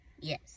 yes